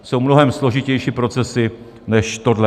Jsou mnohem složitější procesy než tohle.